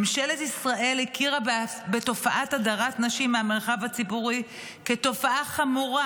ממשלת ישראל הכירה בתופעת הדרת נשים מהמרחב הציבורי כתופעה חמורה